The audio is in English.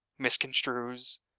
misconstrues